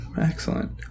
Excellent